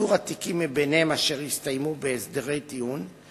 איתור התיקים מביניהם אשר הסתיימו בהסדרי טיעון,